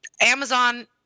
Amazon